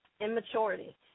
immaturity